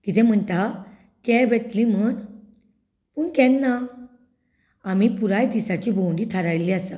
कितें म्हणटा कॅब येतली म्हण पूण केन्ना आमी पुराय दिसाची भोंवडी थारायिल्ली आसा